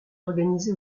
organisé